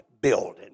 building